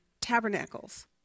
tabernacles